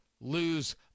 lose